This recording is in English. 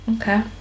Okay